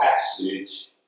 passage